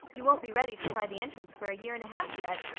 you won't be ready to try the entrance for a year and a half yet.